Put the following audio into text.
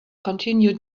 continue